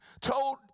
told